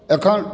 एखन